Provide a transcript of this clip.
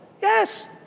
yes